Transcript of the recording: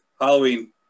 Halloween